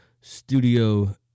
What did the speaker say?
Studio